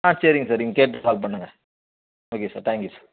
ஆ சரிங்க சார் நீங்கள் கேட்டு கால் பண்ணுங்கள் ஓகே சார் தேங்க்யூ சார்